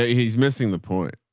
ah he's missing the point,